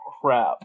crap